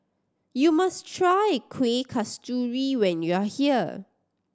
you must try Kuih Kasturi when you are here